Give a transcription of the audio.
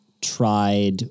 tried